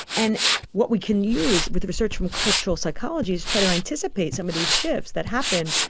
and what we can use with research from cultural psychology is try to anticipate some of these shifts that happen.